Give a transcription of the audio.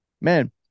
man